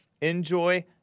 Enjoy